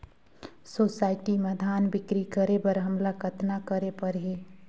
Society म धान बिक्री करे बर हमला कतना करे परही?